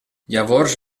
llavors